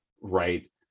right